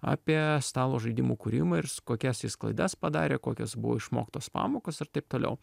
apie stalo žaidimų kūrimą ir s kokias jis klaidas padarė kokios buvo išmoktos pamokos ir taip toliau